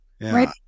right